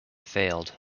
failed